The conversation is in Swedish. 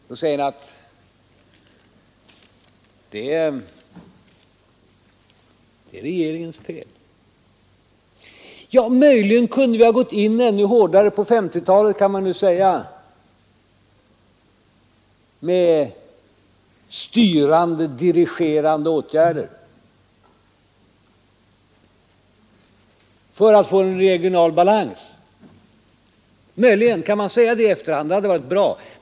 Då säger ni att det är regeringens fel. Ja, möjligen kunde vi ha gått in ännu hårdare på 1950-talet med styrande, dirigerande åtgärder för att få en regional balans, möjligen kan man säga i efterhand att det hade varit bra.